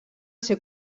ser